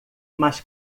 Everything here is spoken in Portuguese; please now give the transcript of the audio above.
mas